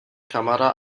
kamera